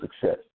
success